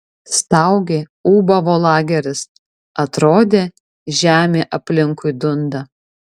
staugė ūbavo lageris atrodė žemė aplinkui dunda